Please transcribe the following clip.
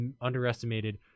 underestimated